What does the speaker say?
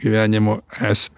gyvenimo esmę